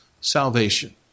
salvation